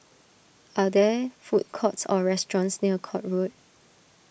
are there food courts or restaurants near Court Road